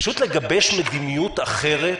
פשוט לגבש מדיניות אחרת,